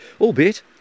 Albeit